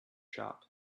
shop